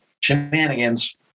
shenanigans